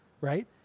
Right